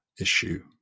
issue